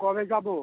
কবে যাবো